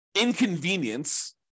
inconvenience